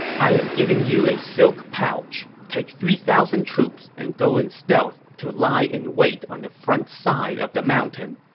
i am giving you a silk pouch. take three thousand troops and go in stealth to lie in wait on the front side of the mountain.